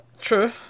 True